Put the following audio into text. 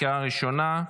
לקריאה ראשונה.